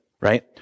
Right